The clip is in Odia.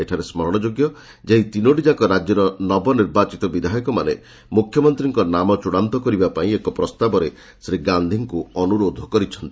ଏଠାରେ ସ୍କରଣ ଯୋଗ୍ୟ ଯେ ଏହି ତିନୋଟିଯାକ ରାଜ୍ୟର ନବନିର୍ବାଚିତ ବିଧାୟକମାନେ ମୁଖ୍ୟମନ୍ତ୍ରୀଙ୍କ ନାମ ଚୂଡ଼ାନ୍ତ କରିବା ପାର୍ଇ ଏକ ପ୍ରସ୍ତାବରେ ଶ୍ରୀ ଗାନ୍ଧିଙ୍କୁ ଅନୁରୋଧ କରିଥିଲେ